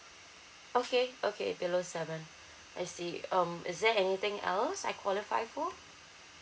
okay okay below seven I see um is there anything else I qualify for